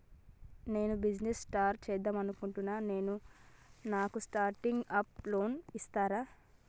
నేను business start చేద్దామనుకుంటున్నాను నాకు స్టార్టింగ్ అప్ లోన్ ఇస్తారా?